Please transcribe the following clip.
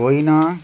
होइन